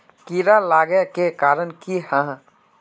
कीड़ा लागे के कारण की हाँ?